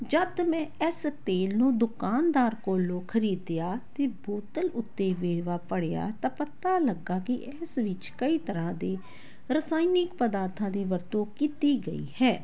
ਜਦ ਮੈਂ ਇਸ ਤੇਲ ਨੂੰ ਦੁਕਾਨਦਾਰ ਕੋਲੋਂ ਖਰੀਦਿਆ ਅਤੇ ਬੋਤਲ ਉੱਤੇ ਵੇਰਵਾ ਪੜ੍ਹਿਆ ਤਾਂ ਪਤਾ ਲੱਗਾ ਕਿ ਇਸ ਵਿੱਚ ਕਈ ਤਰ੍ਹਾਂ ਦੇ ਰਸਾਇਣਿਕ ਪਦਾਰਥਾਂ ਦੀ ਵਰਤੋਂ ਕੀਤੀ ਗਈ ਹੈ